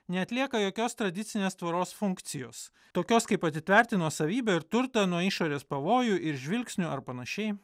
neatlieka jokios tradicinės tvoros funkcijos tokios kaip atitverti nuosavybę ir turtą nuo išorės pavojų ir žvilgsnių ar panašiai